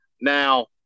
Now